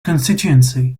constituency